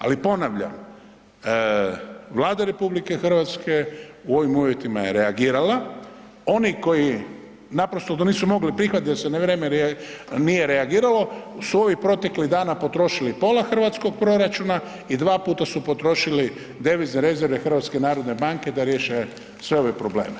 Ali ponavljam, Vlada RH u ovim uvjetima je reagirala, oni koji to nisu mogli prihvatiti jer se na vrijeme nije reagiralo su ovih proteklih dana potrošili pola hrvatskog proračuna i dva puta su potrošili devizne rezerve HNB-a da riješe sve ove probleme.